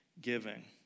Giving